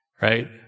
right